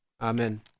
Amen